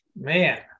Man